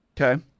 okay